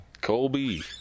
Colby